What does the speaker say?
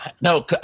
no